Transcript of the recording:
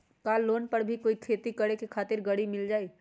का लोन पर कोई भी खेती करें खातिर गरी मिल जाइ?